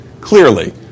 clearly